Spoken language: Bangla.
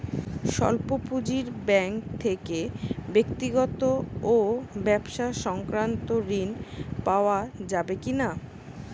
স্বল্প পুঁজির ব্যাঙ্ক থেকে ব্যক্তিগত ও ব্যবসা সংক্রান্ত ঋণ পাওয়া যাবে কিনা?